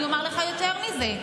אני אומר לך יותר מזה,